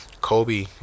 Kobe